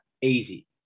easy